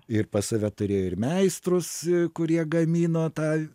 ir pas save turėjo ir meistrus kurie gamino tą